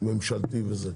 ממשלתי וזה?